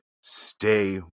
stay